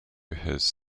his